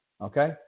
Okay